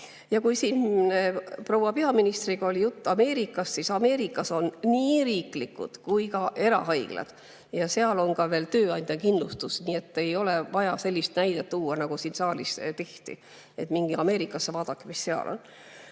Siin oli proua peaministriga juttu Ameerikast. Ameerikas on nii riiklikud kui ka erahaiglad ja seal on ka veel tööandjakindlustus. Nii et ei ole vaja sellist näidet tuua, nagu siin saalis, et minge Ameerikasse ja vaadake, mis seal on.